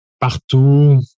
partout